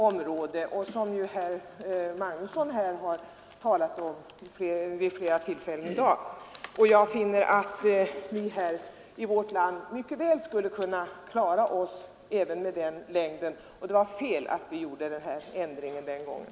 Detta har också herr Magnusson i Kristinehamn talat om flera gånger i dag. Jag anser att vi i vårt land mycket väl skulle kunna klara oss med den längden och att det var fel att vi gjorde den här ändringen den gången.